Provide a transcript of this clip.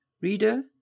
Reader